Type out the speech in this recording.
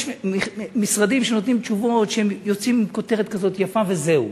יש משרדים שנותנים תשובות של כותרת כזאת יפה שהם יוצאים אתה וזהו.